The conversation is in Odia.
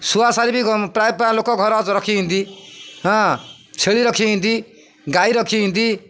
ଶୁଆ ସାରି ବି ପ୍ରାୟ ଲୋକ ଘର ରଖିଛନ୍ତି ହଁ ଛେଳି ରଖିଛନ୍ତି ଗାଈ ରଖିଛନ୍ତି